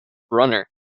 brunner